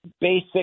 basic